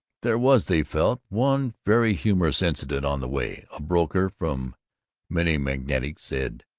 there was, they felt, one very humorous incident on the way. a broker from minnemagantic said,